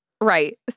Right